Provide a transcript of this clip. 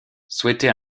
souhaitait